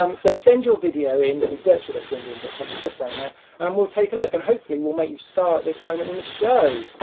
um so send your video in to dirtshed at at gmbn dot com just down there and we'll take a look, and hopefully we'll make you star at this moment in the show.